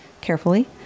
carefully